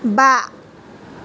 बा